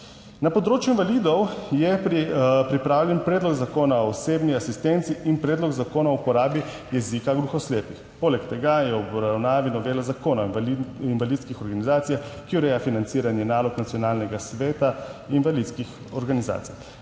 Na področju invalidov je pripravljen predlog zakona o osebni asistenci in predlog zakona o uporabi jezika gluhoslepih. Poleg tega je v obravnavi novela Zakona o invalidskih organizacijah, ki ureja financiranje nalog Nacionalnega sveta invalidskih organizacij.